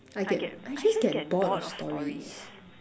I get I just get bored of stories